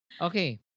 Okay